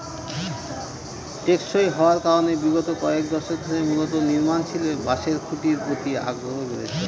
টেকসই হওয়ার কারনে বিগত কয়েক দশক ধরে মূলত নির্মাণশিল্পে বাঁশের খুঁটির প্রতি আগ্রহ বেড়েছে